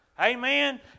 Amen